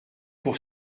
pour